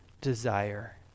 desire